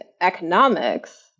economics